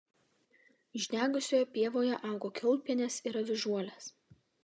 išdegusioje pievoje augo kiaulpienės ir avižuolės